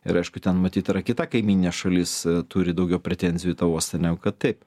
ir aišku ten matyt yra kita kaimyninė šalis turi daugiau pretenzijų į tą uostą negu kad taip